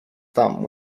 thumb